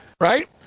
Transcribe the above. Right